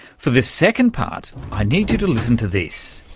for this second part i need you to listen to this,